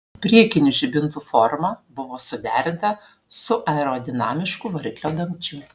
priekinių žibintų forma buvo suderinta su aerodinamišku variklio dangčiu